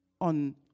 on